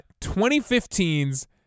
2015's